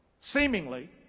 seemingly